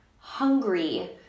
Hungry